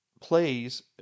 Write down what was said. plays